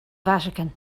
vatican